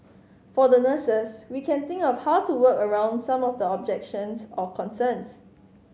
for the nurses we can think of how to work around some of the objections or concerns